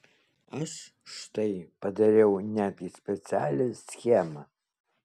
aš štai padariau netgi specialią schemą